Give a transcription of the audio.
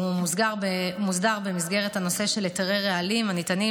הוא מוסדר במסגרת הנושא של היתרי רעלים הניתנים